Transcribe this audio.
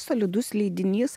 solidus leidinys